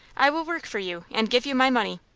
i will work for you, and give you my money.